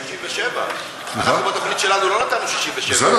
קווי 67' אנחנו בתוכנית שלנו לא נתנו 67'. השאלה